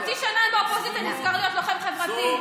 חצי שנה הם באופוזיציה, נזכר להיות לוחם חברתי.